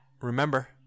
remember